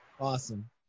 Awesome